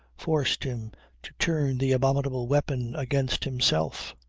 forced him to turn the abominable weapon against himself.